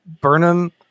Burnham